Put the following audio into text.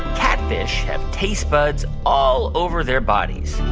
catfish have taste buds all over their bodies?